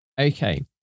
Okay